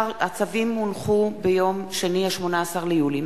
הצווים הונחו ביום שני, 18 ביולי.